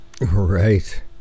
right